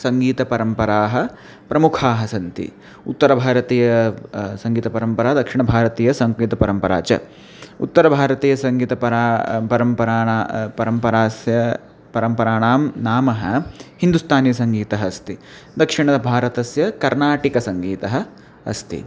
सङ्गीतपरम्परे प्रमुखे स्तः उत्तरभारतीय सङ्गीतपरम्परा दक्षिणभारतीयसङ्गीतपरम्परा च उत्तरभारतीयसङ्गीतपरा परम्पराणां परम्परायाः परम्पराणां नाम हिन्दुस्तानीसङ्गीतम् अस्ति दक्षिणभारतस्य कर्नाटकसङ्गीतम् अस्ति